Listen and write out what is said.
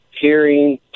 hearing